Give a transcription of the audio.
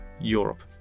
Europe